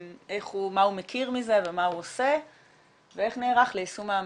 מה הוא מכיר מזה ומה הוא עושה ואיך הוא נערך ליישום האמנה.